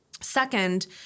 Second